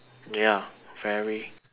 ya very